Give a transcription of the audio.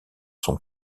son